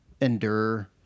endure